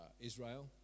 Israel